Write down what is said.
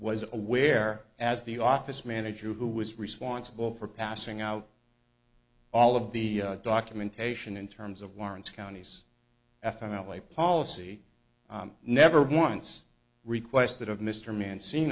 was aware as the office manager who was responsible for passing out all of the documentation in terms of warrants county's f m l a policy i never once requested of mr mann